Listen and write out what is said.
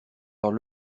dans